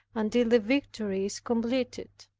until the victory is completed.